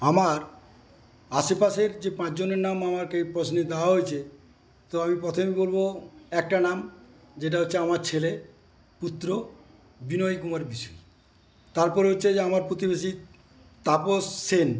আমার আশেপাশের যে পাঁচজনের নাম আমাকে প্রশ্নে দাওয়া হয়েছে তো আমি প্রথমে বলবো একটা নাম যেটা হচ্ছে আমার ছেলে পুত্র বিনয় কুমার বিশ তারপরে হচ্ছে যে আমার প্রতিবেশী তাপস সেন